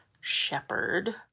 Shepherd